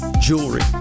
jewelry